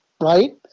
right